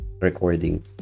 recording